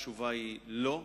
התשובה היא לא.